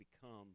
become